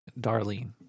darlene